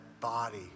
body